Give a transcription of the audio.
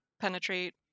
penetrate